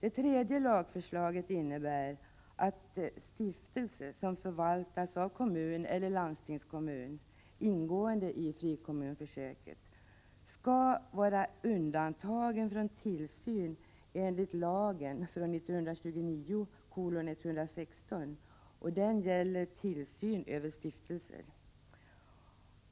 Det tredje lagförslaget innebär att stiftelse, som förvaltas av kommun eller landstingskommun ingående i frikommunsförsöket, skall vara undantagen från tillsyn enligt lagen 1929:116, som gäller tillsyn över stiftelser.